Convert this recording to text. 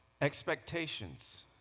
Expectations